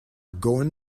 going